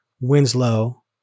Winslow